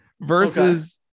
versus